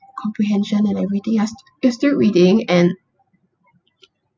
comprehension and everything else it's still reading and